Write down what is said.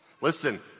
Listen